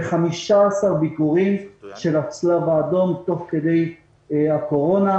ו-15 ביקורים של הצלב האדום תוך כדי הקורונה.